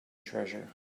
treasure